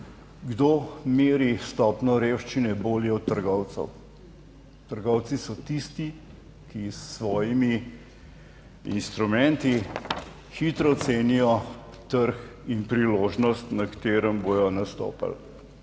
Kdo meri stopnjo revščine bolje od trgovcev? Trgovci so tisti, ki s svojimi instrumenti hitro ocenijo trg in priložnost, na katerem bodo nastopali.